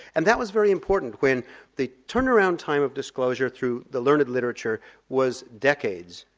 and that was very important when the turnaround time of disclosure through the learned literature was decades,